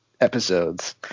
episodes